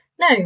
No